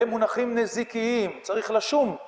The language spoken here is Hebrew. הם מונחים נזיקיים, צריך לשום